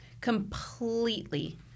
Completely